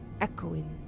echoing